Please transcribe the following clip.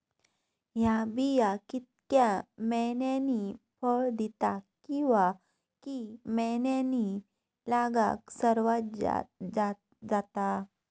हया बिया कितक्या मैन्यानी फळ दिता कीवा की मैन्यानी लागाक सर्वात जाता?